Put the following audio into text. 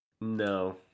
No